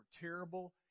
terrible